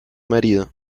marido